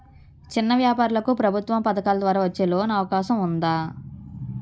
చిన్న వ్యాపారాలకు ప్రభుత్వం పథకాల ద్వారా వచ్చే లోన్ అవకాశం ఉందా?